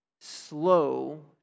slow